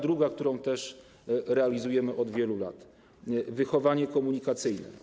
Druga sprawa, którą też realizujemy od wielu lat, to wychowanie komunikacyjne.